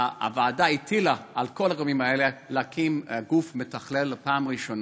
הוועדה הטילה על כל הגורמים האלה להקים גוף מתכלל בפעם הראשונה.